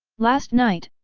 last night,